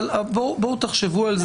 אבל תחשבו על זה,